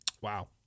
Wow